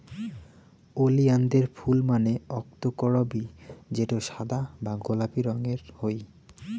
ওলিয়ানদের ফুল মানে অক্তকরবী যেটো সাদা বা গোলাপি রঙের হই